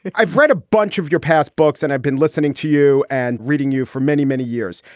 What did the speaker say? i've read a bunch of your past books and i've been listening to you and reading you for many, many years.